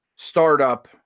startup